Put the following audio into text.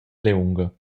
liunga